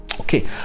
Okay